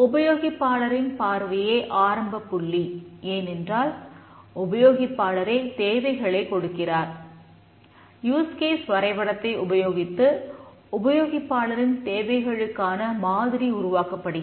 உபயோகித்து உபயோகிப்பாளரின் தேவைகளுக்கான மாதிரி உருவாக்கப்படுகிறது